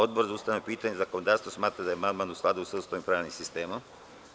Odbor za ustavna pitanja i zakonodavstvo smatra da je amandman u skladu sa Ustavom i pravnim sistemom Republike Srbije.